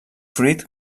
fruit